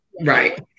Right